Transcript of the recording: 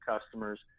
customers